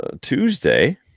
Tuesday